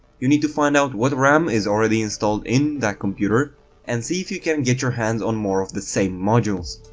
you need to find out what ram is already installed in that computer and see if you can get your hands on more of the same ram modules.